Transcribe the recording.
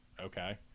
Okay